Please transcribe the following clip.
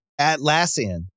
Atlassian